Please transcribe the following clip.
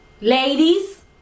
ladies